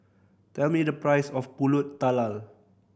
tell me the price of Pulut Tatal